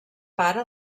pare